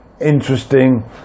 interesting